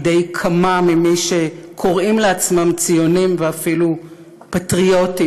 בידי כמה ממי שקוראים לעצמם ציונים ואפילו פטריוטים,